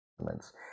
elements